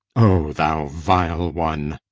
o thou vile one!